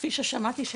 כפי ששמעתי,